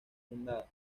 fundada